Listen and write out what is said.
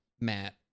Matt